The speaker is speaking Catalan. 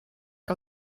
que